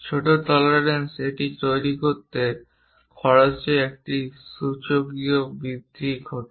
ছোট টলারেন্স এটি তৈরি করতে খরচে একটি সূচকীয় বৃদ্ধি ঘটায়